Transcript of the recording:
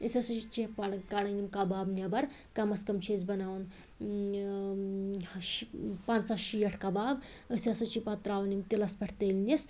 أسۍ ہَسا چھِ کَڑان یِم کباب نیٚبر کم از کم چھِ أسۍ بناوان ٲں پَنٛژاہ شیٹھ کباب أسۍ ہَسا چھِ پَتہٕ ترٛاوان یم تِلَس پٮ۪ٹھ تٔلنِس